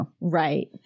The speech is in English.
Right